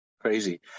crazy